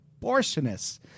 abortionists